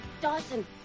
Dawson